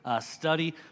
study